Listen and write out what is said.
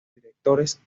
directores